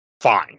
fine